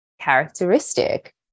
characteristic